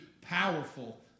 powerful